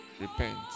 Repent